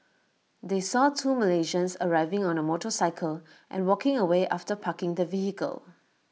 they saw two Malaysians arriving on A motorcycle and walking away after parking the vehicle